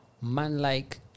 man-like